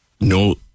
no